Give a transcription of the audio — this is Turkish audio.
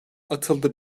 atıldı